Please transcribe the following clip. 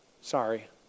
Sorry